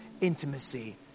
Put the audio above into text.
intimacy